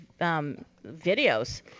videos